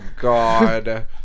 god